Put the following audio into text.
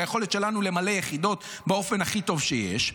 ביכולת שלנו למלא יחידות באופן הכי טוב שיש,